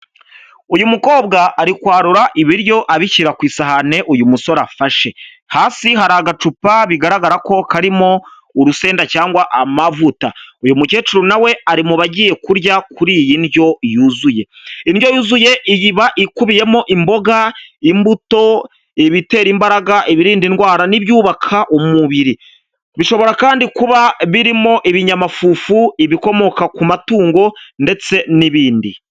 Uyu mukobwa ari kwarura ibiryo abishyira ku isahani uyu musore afashe hasi hari agacupa bigaragara ko karimo urusenda cyangwa amavuta uyu mukecuru nawe ari mu bagiye kurya kuri iyi ndyo yuzuye indyo yuzuye iba ikubiyemo imboga, imbuto, ibitera imbaraga, ibirinda indwara ,n'ibyubaka umubiri bishobora kandi kuba birimo ibinyamafufu ibikomoka ku matungo ndetse n'ibindi.